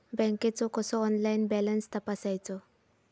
बँकेचो कसो online balance तपासायचो?